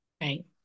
Right